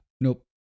Nope